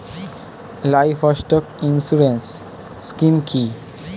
Livestock insurance scheme কি?